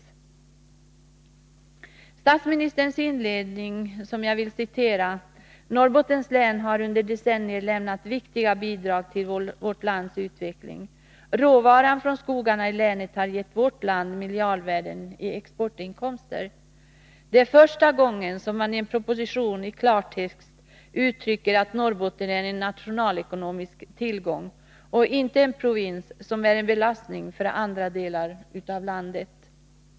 Jag vill citera följande ord ur statsministerns inledning: ”Norrbottens län har under decennier lämnat viktiga bidrag till vårt lands utveckling.” ”Råvaran från skogarna i länet har gett vårt land miljardvärden i exportinkomster.” Det är första gången som man i en proposition i klartext uttrycker att Norrbotten är en nationalekonomisk tillgång och inte en provins som är en belastning för andra delar av landet.